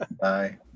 Bye